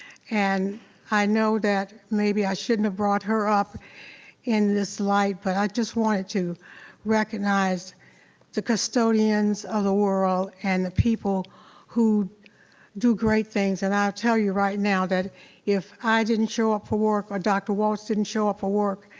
and i know that maybe i shouldn't have brought her up in this light, but i just wanted to recognize the custodians of the world, and the people who do great things. and i'll tell you right now, that if i didn't show up for work, or dr. walts didn't show up for work,